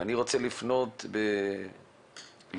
אני רוצה לפנות לדולי